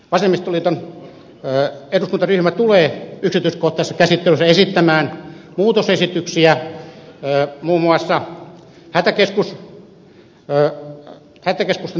vasemmistoliiton eduskuntaryhmä tulee yksityiskohtaisessa käsittelyssä esittämään muutosesityksiä muun muassa hätäkeskusten toimintaa koskevaan kohtaan